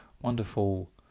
wonderful